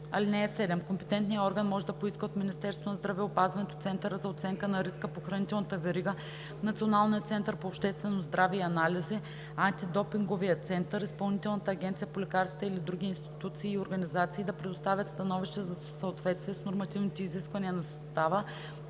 за нея. (7) Компетентният орган може да поиска от Министерството на здравеопазването, Центъра за оценка на риска по хранителната верига, Националния център по обществено здраве и анализи, Антидопинговия център, Изпълнителната агенция по лекарствата или от други институции и организации да предоставят становище за съответствие с нормативните изисквания на състава,